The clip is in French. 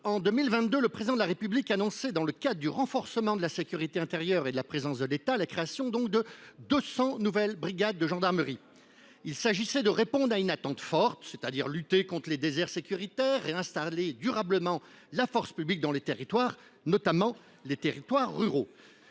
en 2022, le Président de la République annonçait, au titre du renforcement de la sécurité intérieure et de la présence de l’État, la création de 200 nouvelles brigades de gendarmerie. Il s’agissait de répondre à de fortes attentes en luttant contre les déserts sécuritaires, en faisant revenir durablement la force publique dans les territoires, notamment les territoires ruraux.